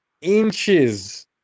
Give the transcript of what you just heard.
inches